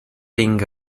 being